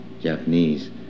Japanese